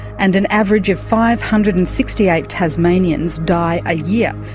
and an average of five hundred and sixty eight tasmanians die a year.